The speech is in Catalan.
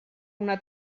una